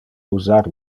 usar